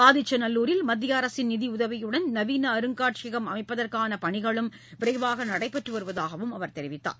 ஆதிச்சநல்லூரில் மத்திய அரசின் நிதியுதவியுடன் நவீன அருங்காட்சியகம் அமைப்பதற்கான பணிகளும் விரைவாக நடைபெற்று வருவதாக அவர் தெரிவித்தார்